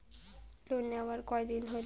Loan নেওয়ার কতদিন হইল?